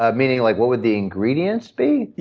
ah meaning like what would the ingredients be,